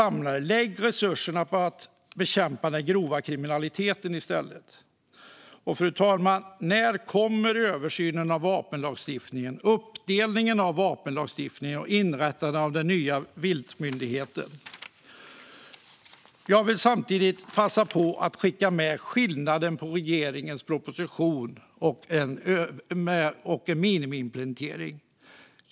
Lägg i stället resurserna på att bekämpa den grova kriminaliteten. Fru talman! När kommer översynen av vapenlagstiftningen, uppdelningen av vapenlagstiftningen och inrättandet av den nya viltmyndigheten? Jag vill passa på att göra ett medskick om skillnaden på regeringens proposition och en minimiimplementering.